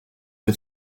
for